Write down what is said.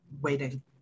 waiting